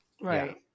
Right